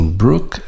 brook